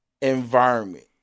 environment